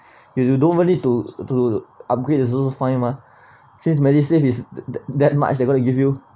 you you don't even to to upgrade is also fine mah since medisave is that that much they're gonna give you